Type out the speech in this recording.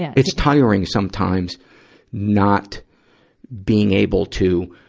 yeah it's tiring sometimes not being able to,